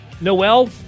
Noel